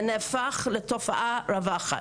זה נהפך לתופעה רווחת.